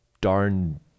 darn